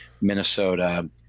Minnesota